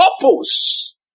purpose